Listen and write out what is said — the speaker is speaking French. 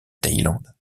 thaïlande